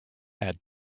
had